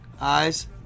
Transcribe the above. eyes